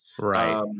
Right